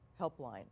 helpline